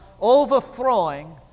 overthrowing